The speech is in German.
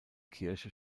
kirche